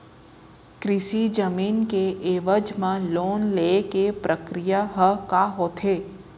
कृषि जमीन के एवज म लोन ले के प्रक्रिया ह का होथे?